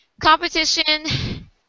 competition